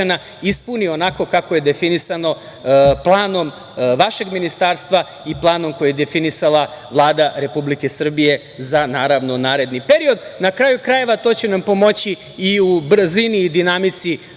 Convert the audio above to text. ispuni onako kako je definisano planom vašeg Ministarstva i planom koji je definisala Vlada Republike Srbije za naredni period. Na kraju krajeva, to će nam pomoći i u brzini i u dinamici